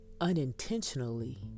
unintentionally